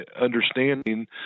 understanding